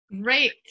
Great